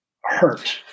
hurt